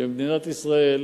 שבמדינת ישראל,